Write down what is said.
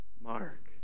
mark